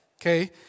okay